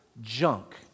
junk